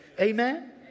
Amen